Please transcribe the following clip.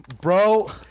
bro